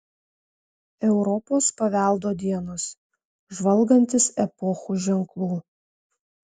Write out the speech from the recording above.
europos paveldo dienos žvalgantis epochų ženklų